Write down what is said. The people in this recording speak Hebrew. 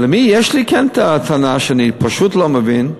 אבל למי יש לי כן טענה, ואני פשוט לא מבין,